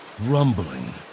rumbling